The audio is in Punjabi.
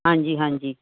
ਹਾਂਜੀ ਹਾਂਜੀ